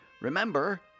Remember